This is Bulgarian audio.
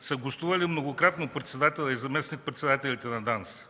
са гостували многократно председателят и заместник-председателите на ДАНС